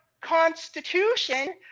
Constitution